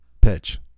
pitch